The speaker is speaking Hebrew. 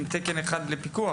עם תקן אחד לפיקוח?